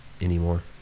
anymore